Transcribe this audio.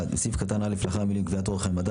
פסקה 2. פסקה 2. במקום 60 יימחקו,